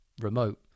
remote